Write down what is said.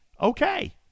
okay